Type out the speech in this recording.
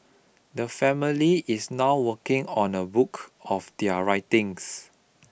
the family is now working on a book of their writings